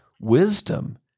Wisdom